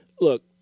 look